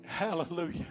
hallelujah